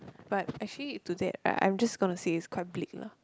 but actually to that I I'm just gonna say it's quite bleak lah